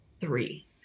three